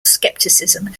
scepticism